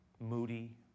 moody